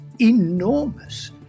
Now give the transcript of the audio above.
enormous